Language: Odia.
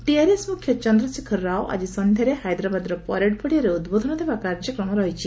ଟିଆରଏସ ମ୍ରଖ୍ୟ ଚନ୍ଦ୍ରଶେଖର ରାଓ ଆଜି ସନ୍ଧ୍ୟାରେ ହାଇଦ୍ରାବାଦର ପରେଡ ପଡିଆରେ ଉଦ୍ବୋଧନ ଦେବା କାର୍ଯ୍ୟକ୍ରମ ରହିଛି